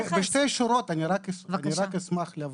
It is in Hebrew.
בשתי שורות, אני רק אשמח להבהיר.